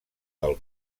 del